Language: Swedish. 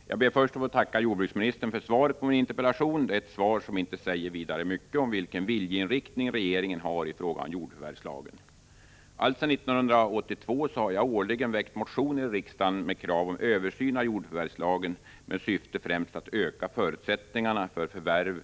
Herr talman! Jag ber först att få tacka jordbruksministern för svaret på min interpellation. Det är ett svar som inte säger vidare mycket om vilken viljeinriktning regeringen har i fråga om jordförvärvslagen. Alltsedan 1982 har jag årligen väckt motioner i riksdagen med krav på översyn av jordförvärvslagen, med syfte främst att öka förutsättningarna för förvärv